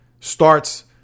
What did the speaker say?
starts